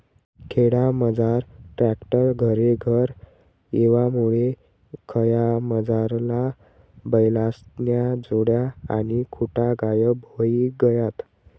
खेडामझार ट्रॅक्टर घरेघर येवामुये खयामझारला बैलेस्न्या जोड्या आणि खुटा गायब व्हयी गयात